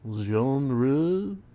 genre